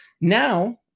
now